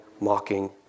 mocking